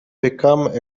become